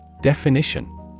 definition